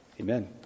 Amen